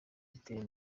ziteye